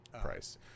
price